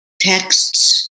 texts